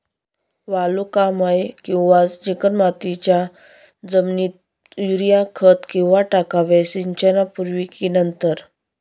वालुकामय किंवा चिकणमातीच्या जमिनीत युरिया खत केव्हा टाकावे, सिंचनापूर्वी की नंतर?